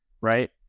right